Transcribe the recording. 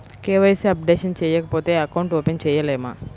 KYC updation చేయకపోతే account open చేయలేమా?